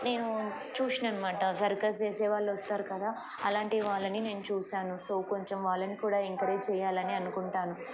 నేను చూసిననమాట సర్కస్ చేసే వాళ్ళు వస్తారు కదా అలాంటి వాళ్ళని నేను చూసాను సో కొంచెం వాళ్ళని కూడా ఎంకరేజ్ చేయాలని అనుకుంటాను